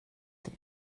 det